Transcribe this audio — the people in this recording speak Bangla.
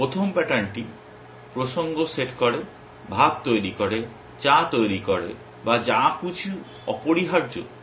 প্রথম প্যাটার্নটি প্রসঙ্গ সেট করে ভাত তৈরি করে চা তৈরি করে বা যা কিছু অপরিহার্য করে